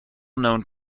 known